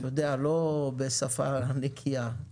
לא בשפה נקיה,